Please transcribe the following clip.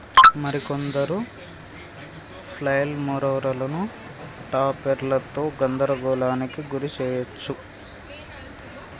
మరి కొందరు ఫ్లైల్ మోవరులను టాపెర్లతో గందరగోళానికి గురి శెయ్యవచ్చు